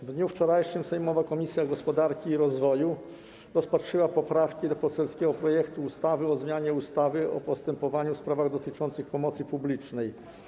W dniu wczorajszym sejmowa Komisja Gospodarki i Rozwoju rozpatrzyła poprawki do poselskiego projektu ustawy o zmianie ustawy o postępowaniu w sprawach dotyczących pomocy publicznej.